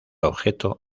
objeto